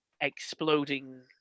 exploding